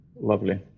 Lovely